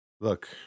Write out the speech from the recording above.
look